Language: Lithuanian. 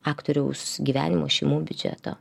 aktoriaus gyvenimo šeimų biudžeto